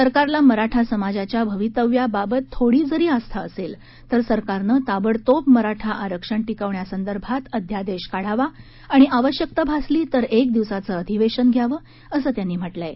सरकारला मराठा समाजाच्या भवितव्याबाबत थोडी जरी आस्था असेल तर सरकारनं ताबडतोब मराठा आरक्षण टिकवण्यासंदर्भात अध्यादेश काढावा आणि आवश्यकता भासली तर एक दिवसाचं अधिवेशन घ्यावं असं त्यांनी म्हटलं आहे